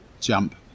jump